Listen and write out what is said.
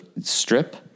strip